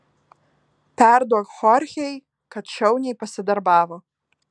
perduok chorchei kad šauniai pasidarbavo